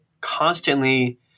constantly